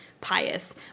pious